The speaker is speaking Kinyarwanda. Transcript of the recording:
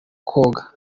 koga